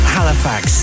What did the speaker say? Halifax